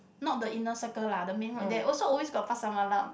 not the inner circle lah the main road there also always got Pasar Malam